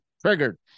Triggered